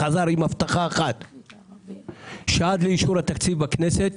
חזר עם הבטחה אחת והיא שעד לאישור התקציב בכנסת